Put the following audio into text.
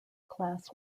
class